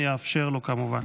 אני אאפשר לו כמובן,